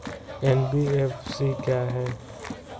NBFC क्या है?